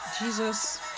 Jesus